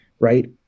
right